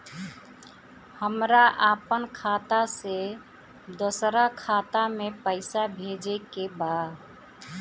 हमरा आपन खाता से दोसरा खाता में पइसा भेजे के बा